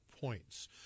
points